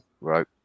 Right